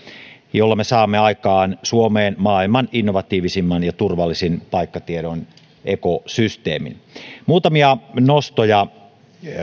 jolla me saamme aikaan suomeen maailman innovatiivisimman ja turvallisimman paikkatiedon ekosysteemin muutamia nostoja